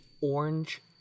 orange